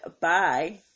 bye